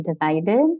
divided